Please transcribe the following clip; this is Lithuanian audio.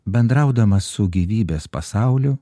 bendraudamas su gyvybės pasauliu